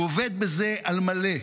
הוא עובד בזה על מלא.